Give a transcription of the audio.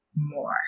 More